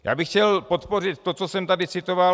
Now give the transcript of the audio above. Já bych chtěl podpořit to, co jsem tady včera citoval.